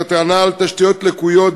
את הטענה על תשתיות לקויות,